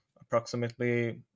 approximately